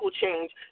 change